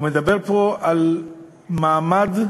הוא מדבר על המעמד הנמוך,